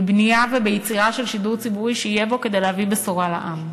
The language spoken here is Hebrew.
בבנייה וביצירה של שידור ציבורי שיהיה בו כדי להביא בשורה לעם.